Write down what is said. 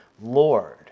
Lord